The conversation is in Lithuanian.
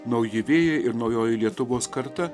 nauji vėjai ir naujoji lietuvos karta